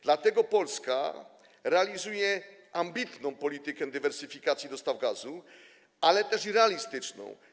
Dlatego Polska realizuje ambitną politykę dywersyfikacji dostaw gazu, ale też realistyczną.